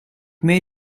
may